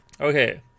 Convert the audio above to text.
Okay